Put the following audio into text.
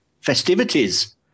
festivities